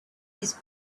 his